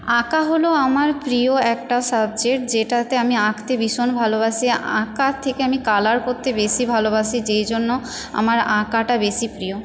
আঁকা হল আমার প্রিয় একটা সাবজেক্ট যেটাতে আমি আঁকতে ভীষণ ভালোবাসি আঁকার থেকে আমি কালার করতে বেশি ভালোবাসি যেই জন্য আমার আঁকাটা বেশি প্রিয়